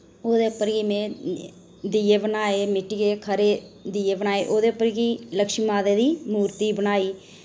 ओह्दे उप्पर ही में दिए बनाए मिट्टिये खरे दिए बनाए ओह्दे उप्पर कि लक्ष्मी माता दी मूर्ति बनाई